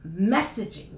messaging